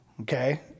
okay